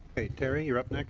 teri, you're up next.